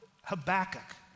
Habakkuk